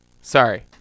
Sorry